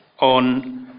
on